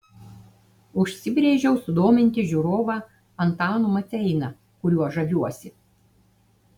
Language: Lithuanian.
užsibrėžiau sudominti žiūrovą antanu maceina kuriuo žaviuosi